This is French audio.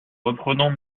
reprenons